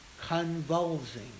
convulsing